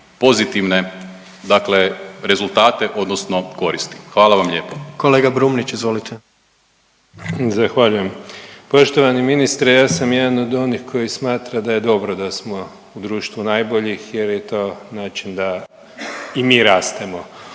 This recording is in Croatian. Kolega Brumnić, izvolite. **Brumnić, Zvane (Nezavisni)** Zahvaljujem. Poštovani ministre ja sam jedan od onih koji smatra da je dobro da smo u društvu najboljih, jer je to način da i mi rastemo.